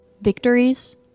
Victories